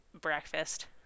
breakfast